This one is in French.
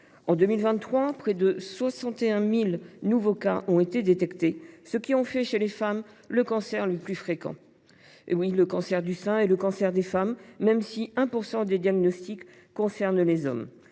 En 2023, près de 61 000 nouveaux cas ont été détectés, ce qui en fait le cancer le plus fréquent chez les femmes. Oui, le cancer du sein est le cancer des femmes, même si 1 % des diagnostics concernent les hommes.